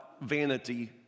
vanity